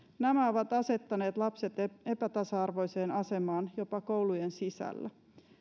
nämä ovat asettaneet lapset epätasa arvoiseen asemaan jopa koulujen sisällä